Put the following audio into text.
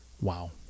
Wow